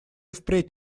впредь